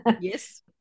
yes